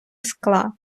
скла